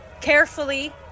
carefully